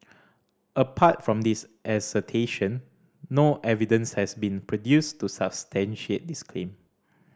apart from this assertion no evidence has been produced to substantiate this claim